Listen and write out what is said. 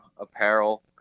apparel